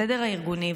הסדר הארגוני,